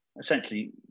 essentially